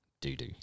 Do-do